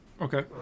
Okay